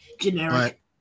Generic